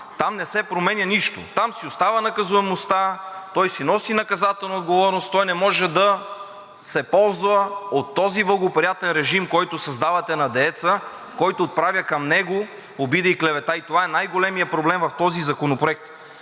там не се променя нищо, там си остава наказуемостта, той си носи наказателна отговорност, той не може да се ползва от този благоприятен режим, който създавате на дееца, който отправя към него обида и клевета. Това е най-големият проблем в този законопроект.